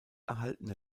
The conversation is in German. erhaltene